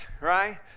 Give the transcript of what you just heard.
right